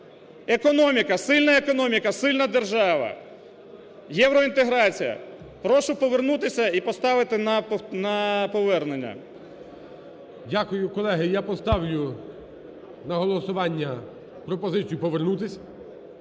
Економіка, сильна економіка – сильна держава, євроінтеграція. Прошу повернутися і поставити на повернення. ГОЛОВУЮЧИЙ. Дякую. Колеги, я поставлю на голосування пропозицію повернутися,